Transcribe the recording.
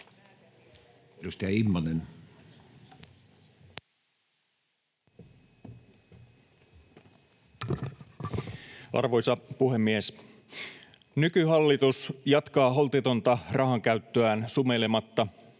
Arvoisa puhemies! Nykyhallitus jatkaa holtitonta rahankäyttöään sumeilematta.